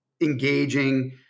engaging